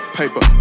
paper